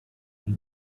and